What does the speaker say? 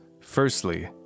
Firstly